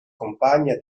compagna